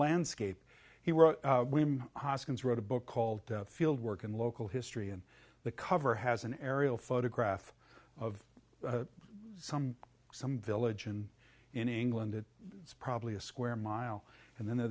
landscape he wrote him hoskins wrote a book called field work in local history and the cover has an aerial photograph of some some village and in england it's probably a square mile and then the